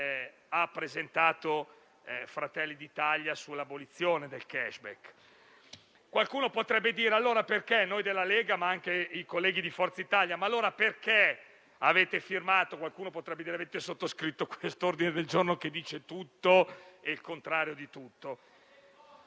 presentata da Fratelli d'Italia sull'abolizione del *cashback*. Qualcuno potrebbe allora chiedere: perché voi della Lega, ma anche i colleghi di Forza Italia, avete sottoscritto questo ordine del giorno, che dice tutto e il contrario di tutto?